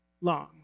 long